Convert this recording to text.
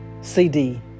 CD